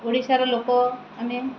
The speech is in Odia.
ଓଡ଼ିଶାର ଲୋକ ଆମେ